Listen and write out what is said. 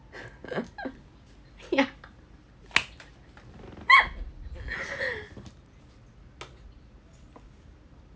yeah